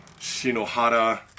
Shinohara